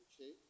Okay